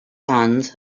sons